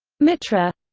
mitra